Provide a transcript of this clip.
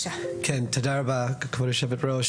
תודה רבה כבוד היושבת ראש.